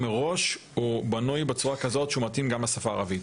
מראש הן בנויות בצורה כזאת שהן מתאימות גם לשפה הערבית.